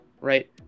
right